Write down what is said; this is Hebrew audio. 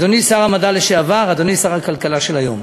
אדוני שר המדע לשעבר, אדוני שר הכלכלה של היום,